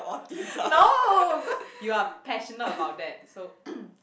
no cause you are passionate about that so